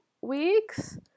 weeks